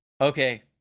Okay